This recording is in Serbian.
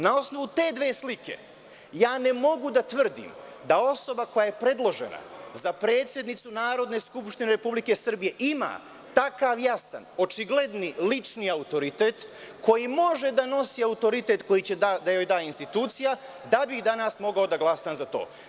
Na osnovu te dve slike ja ne mogu da tvrdim da osoba koja je predložena za predsednicu Narodne skupštine Republike Srbije ima takav jasan, očigledni lični autoritet, koji može da nosi autoritet koji će da joj da institucija, da bi danas mogao da glasam za to.